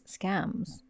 scams